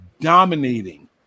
dominating